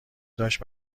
داشت